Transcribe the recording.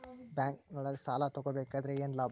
ಬ್ಯಾಂಕ್ನೊಳಗ್ ಸಾಲ ತಗೊಬೇಕಾದ್ರೆ ಏನ್ ಲಾಭ?